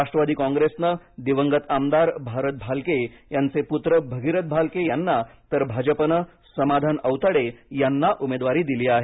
राष्ट्रवादी कॉंग्रेसनं दिवंगत आमदार भारत भालके यांचे पुत्र भगीरथ भालके यांना तर भाजपानं समाधान औताडे यांना उमेदवारी दिली आहे